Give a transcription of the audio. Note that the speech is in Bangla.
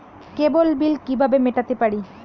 কেবল বিল কিভাবে মেটাতে পারি?